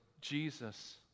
Jesus